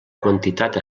quantitat